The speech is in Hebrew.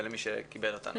למי שכיבד אותנו.